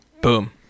Boom